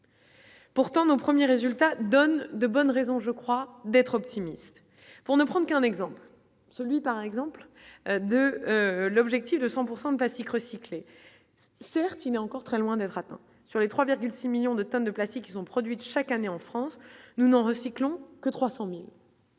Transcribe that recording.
Pourtant, nos premiers résultats donnent de bonnes raisons, je crois, d'être optimiste pour ne prendre qu'un exemple, celui par exemple le de l'objectif de 100 pourcent de plastique recyclé, certes il n'est encore très loin d'être atteint, sur les 3,6 millions de tonnes de plastique qui sont produites chaque année en France, nous nous recyclons que 300000.